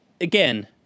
again